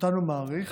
מאריך